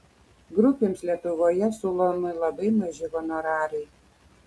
grupėms lietuvoje siūlomi labai maži honorarai